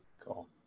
Cool